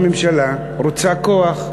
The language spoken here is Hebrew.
הממשלה רוצה כוח,